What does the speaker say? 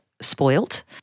spoilt